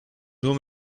nur